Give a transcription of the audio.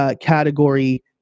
category